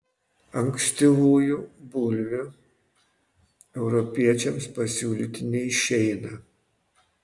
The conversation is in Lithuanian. ankstyvųjų bulvių europiečiams pasiūlyti neišeina